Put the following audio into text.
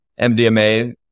MDMA